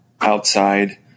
outside